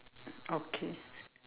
okay